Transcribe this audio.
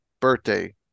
birthday